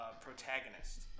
protagonist